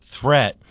threat